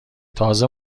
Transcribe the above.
تازه